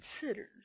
considered